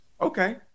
Okay